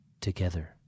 together